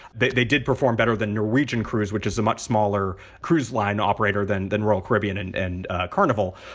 they they did perform better than norwegian cruise, which is a much smaller cruise line operator than than royal caribbean and and carnival.